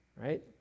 right